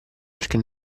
perché